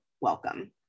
welcome